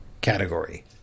category